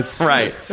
Right